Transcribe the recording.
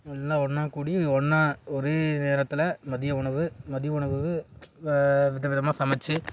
எல்லாம் ஒன்றா கூடி ஒன்றா ஒரே நேரத்தில் மதிய உணவு மதிய உணவுக்கு வ வித விதமாக சமைச்சி